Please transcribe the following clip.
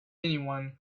anyone